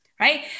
Right